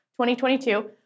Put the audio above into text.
2022